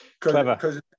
Clever